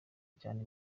cyane